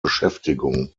beschäftigung